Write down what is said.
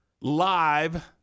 live